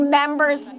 members